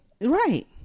right